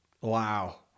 Wow